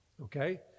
Okay